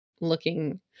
looking